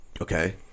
Okay